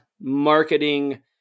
marketing